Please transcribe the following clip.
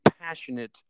passionate